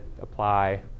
apply